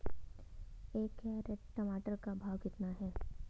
एक कैरेट टमाटर का भाव कितना है?